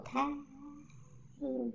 time